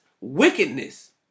wickedness